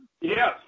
yes